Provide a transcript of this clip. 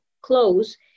close